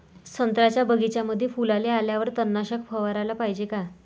संत्र्याच्या बगीच्यामंदी फुलाले आल्यावर तननाशक फवाराले पायजे का?